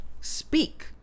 Speak